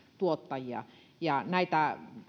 tuottajia näitä